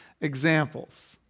examples